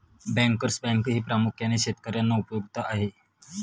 bankers बँकही प्रामुख्याने शेतकर्यांना उपयुक्त आहे